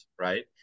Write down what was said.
right